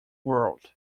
world